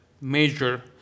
major